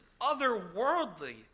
otherworldly